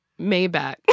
Maybach